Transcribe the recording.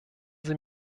sie